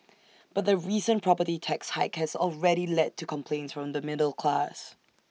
but the recent property tax hike has already led to complaints from the middle class